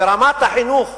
ורמת החינוך